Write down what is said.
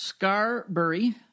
Scarbury